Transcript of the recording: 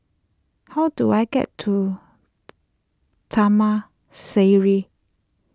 how do I get to Taman Sireh